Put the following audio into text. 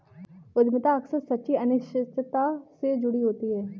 उद्यमिता अक्सर सच्ची अनिश्चितता से जुड़ी होती है